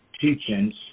teachings